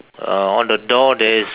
uh on the door there is